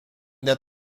that